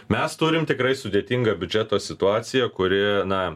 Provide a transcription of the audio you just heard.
mes turim tikrai sudėtingą biudžeto situaciją kuri na